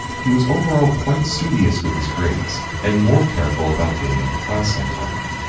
he was overall quite studious with his grades and more careful about getting into class some time.